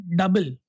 double